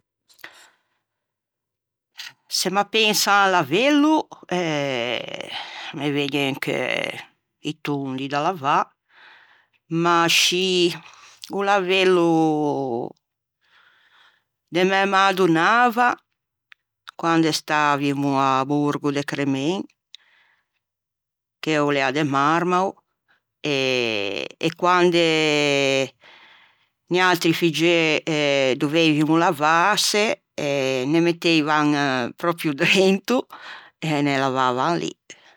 Se m'appenso à un lavello eh me vëgne in cheu i tondi da lavâ ma ascì o lavello de mæ madonnava quande stavimo à Borgo de Cremen che o l'ea de marmao e quande noiatri figgeu doveivimo lavâse ne metteivan pròpio drento e ne lavavan lì.